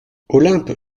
olympe